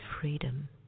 freedom